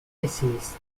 pessimist